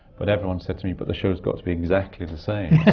but everyone said to me, but the show's got to be exactly the same.